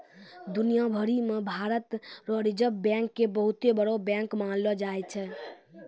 दुनिया भरी मे भारत रो रिजर्ब बैंक के बहुते बड़ो बैंक मानलो जाय छै